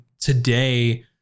today